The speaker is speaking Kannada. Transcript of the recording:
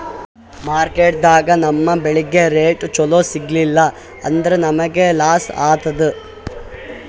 ಮಾರ್ಕೆಟ್ದಾಗ್ ನಮ್ ಬೆಳಿಗ್ ರೇಟ್ ಚೊಲೋ ಸಿಗಲಿಲ್ಲ ಅಂದ್ರ ನಮಗ ಲಾಸ್ ಆತದ್